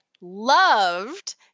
loved